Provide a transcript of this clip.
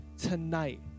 tonight